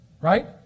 Right